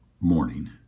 morning